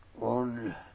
on